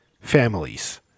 families